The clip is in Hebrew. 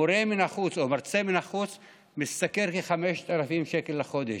מורה מן החוץ או מרצה מן החוץ משתכר כ-5,000 שקלים לחודש,